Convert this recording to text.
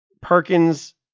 Perkins